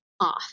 off